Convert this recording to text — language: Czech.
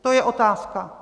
To je otázka.